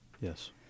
yes